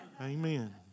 Amen